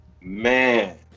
Man